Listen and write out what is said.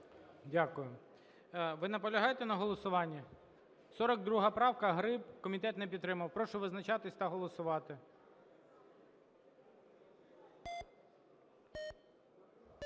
Дякую. Ви наполягаєте на голосуванні? 42 правка, Гриб. Комітет не підтримав. Прошу визначатись та голосувати.